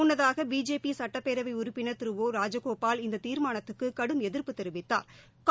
முன்னதாக பிஜேபி சுட்டப்பேரவை உறுப்பினர் திரு ஒ ராஜகோபால் இந்த தீர்மானத்துக்கு கடும் எதிப்பு தெரிவித்தாா்